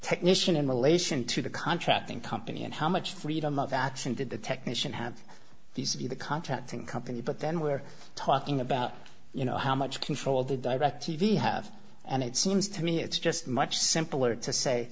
technician in relation to the contracting company and how much freedom of action did the technician have these are the contracting companies but then we're talking about you know how much control the directv have and it seems to me it's just much simpler to say